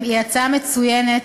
היא הצעה מצוינת,